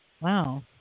Wow